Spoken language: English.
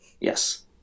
yes